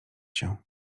się